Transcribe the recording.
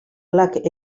klak